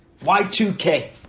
Y2K